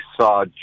saw